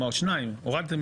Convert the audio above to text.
לכמה זמן ממנים אותם?